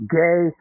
gay